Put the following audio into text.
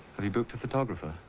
have you booked a photographer?